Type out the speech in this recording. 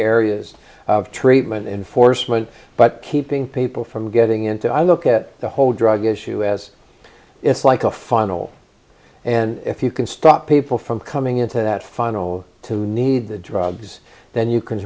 areas of treatment enforcement but keeping people from getting into i look at the whole drug issue as it's like a funnel and if you can stop people from coming into that funnel to need the drugs then you can